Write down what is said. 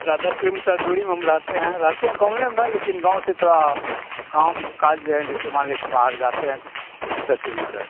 थोड़ा दस किलोमीटर दूरी में हम रहते हैं रहते हैं गाँव में लेकिन गाँव से थोड़ा काम काज जो हैं जैसे मान लें कि बाहर जाते हैं दस किलोमीटर